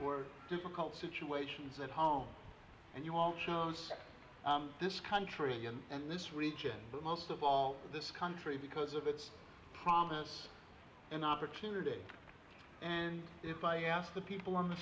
were difficult situations at home and you all chose this country and this region but most of all this country because of its promise and opportunity and if i asked the people on the